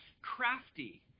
crafty